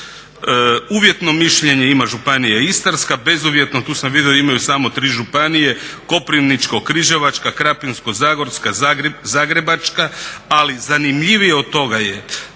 Uvjetno mišljenje ima Županija Istarska, bezuvjetno imaju samo tri županije, Koprivničko-križevačka, Krapinsko-zagorska, Zagrebačka ali zanimljivije od toga je